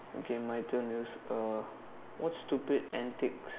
okay my turn is what stupid antics